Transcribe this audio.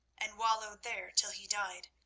and wallowed there till he died.